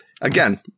again